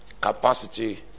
capacity